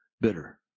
bitter